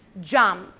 Jump